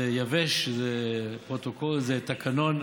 זה יבש, זה פרוטוקול, זה תקנון.